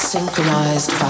Synchronized